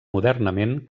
modernament